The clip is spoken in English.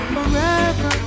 Forever